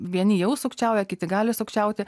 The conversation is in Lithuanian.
vieni jau sukčiauja kiti gali sukčiauti